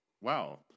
Wow